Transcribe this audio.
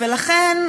ולכן,